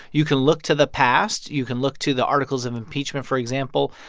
you can look to the past. you can look to the articles of impeachment, for example,